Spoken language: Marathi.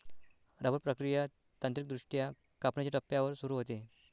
रबर प्रक्रिया तांत्रिकदृष्ट्या कापणीच्या टप्प्यावर सुरू होते